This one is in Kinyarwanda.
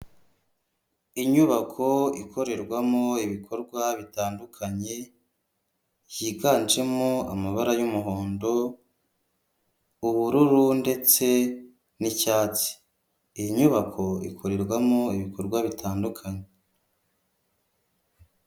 Inyubako ikorerwamo ibikorwa bitandukanye higanjemo amabara y'umuhondo, ubururu, ndetse n'icyatsi iyi nyubako ikorerwamo ibikorwa bitandukanye.